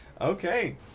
Okay